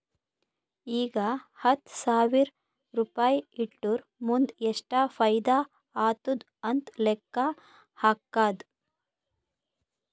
ಈಗ ಹತ್ತ್ ಸಾವಿರ್ ರುಪಾಯಿ ಇಟ್ಟುರ್ ಮುಂದ್ ಎಷ್ಟ ಫೈದಾ ಆತ್ತುದ್ ಅಂತ್ ಲೆಕ್ಕಾ ಹಾಕ್ಕಾದ್